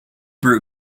brew